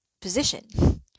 position